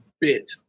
bit